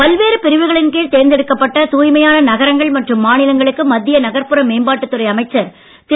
பல்வேறு பிரிவுகளின் கீழ் தேர்ந்தெடுக்கப்பட்ட தூய்மையான நகரங்கள் மற்றும் மாநிலங்களுக்கு மத்திய நகர்ப்புற மேம்பாட்டுத்துறை அமைச்சர் திரு